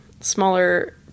smaller